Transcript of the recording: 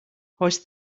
hoist